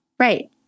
Right